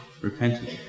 Repentance